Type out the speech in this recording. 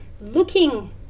looking